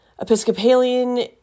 Episcopalian